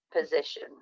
position